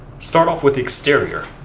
start off with the exterior.